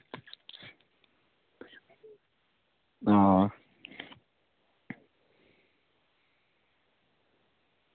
आं